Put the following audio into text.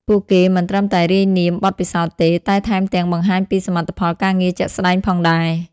ពួកគេមិនត្រឹមតែរាយនាមបទពិសោធន៍ទេ តែថែមទាំងបង្ហាញពីសមិទ្ធផលការងារជាក់ស្តែងផងដែរ។